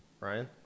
Ryan